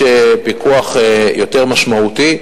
יש פיקוח יותר משמעותי,